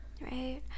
right